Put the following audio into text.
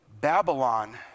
Babylon